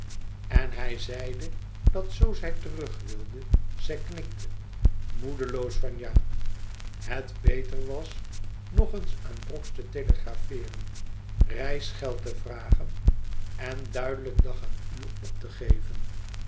en hij zeide dat zoo zij terug wilde zij knikte moedeloos van ja dat het beter was nog eens aan brox te telegrafeeren reisgeld te vragen en duidelijk dag en uur op te geven